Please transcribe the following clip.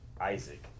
Isaac